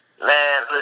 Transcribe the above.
Man